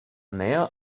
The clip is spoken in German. näher